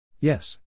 Yes